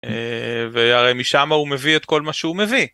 והרי משם הוא מביא את כל מה שהוא מביא.